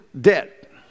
debt